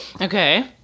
okay